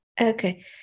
Okay